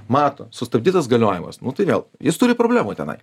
mato sustabdytas galiojimas nu tai vėl jis turi problemų tenai